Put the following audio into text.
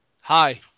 Hi